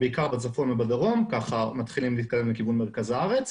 בעיקר בצפון ובדרום ומתחילים להתקדם לכיוון מרכז הארץ.